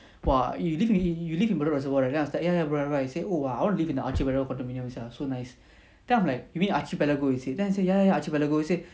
!wah! you live in you live in bedok reservoir right then I was like ya ya bro right then he say oh !wah! I want to live in the archipelago condominiums sia so nice then I'm like you mean archipelago is it then he say ya ya archipelago he said